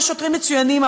ושוטרים מצוינים,